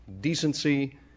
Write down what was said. decency